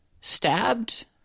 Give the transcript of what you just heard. stabbed